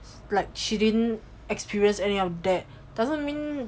like she didn't experience any of that doesn't mean